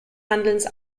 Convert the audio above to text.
handelns